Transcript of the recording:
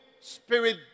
Spirit